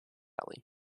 valley